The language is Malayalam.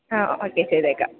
ആ ഓക്കെ ചെയ്തേക്കാം